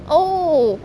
oh